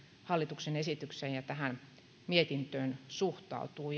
hallituksen esitykseen ja tähän mietintöön suhtautuu